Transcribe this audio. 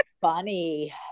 funny